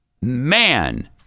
Man